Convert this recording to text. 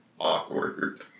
awkward